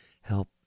help